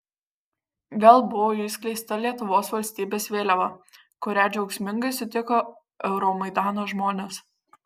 vėl buvo išskleista lietuvos valstybės vėliava kurią džiaugsmingai sutiko euromaidano žmonės